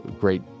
great